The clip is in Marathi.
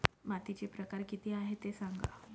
मातीचे प्रकार किती आहे ते सांगा